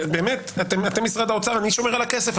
באמת, אתם משרד האוצר, אני שומר על הכסף?